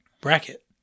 bracket